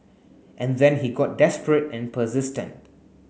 and then he got desperate and persistent